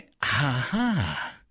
Ha-ha